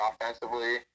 offensively